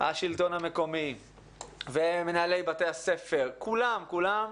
השלטון המקומי ומנהלי בתי הספר, כולם, כולם,